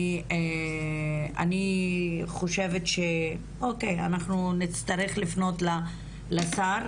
אני חושבת שאוקיי, אנחנו נצטרך לפנות לשר.